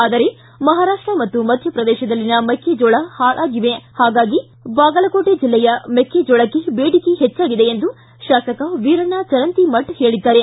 ಆದರೆ ಮಹಾರಾಷ್ಟ ಮಧ್ಯಪ್ರದೇತದಲ್ಲಿನ ಮೆಕ್ಕೆಜೋಳ ಹಾಳಾಗಿವೆ ಹಾಗಾಗಿ ಬಾಗಲಕೋಟೆ ಜಿಲ್ಲೆಯ ಮೆಕ್ಕೆಜೋಳಕ್ಕೆ ಬೇಡಿಕೆ ಹೆಚ್ಚಾಗಿದೆ ಎಂದು ಶಾಸಕ ವೀರಣ್ಣ ಚರಂತಿಮಠ ಹೇಳಿದ್ದಾರೆ